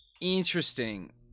Interesting